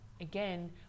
again